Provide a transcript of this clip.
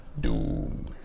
doom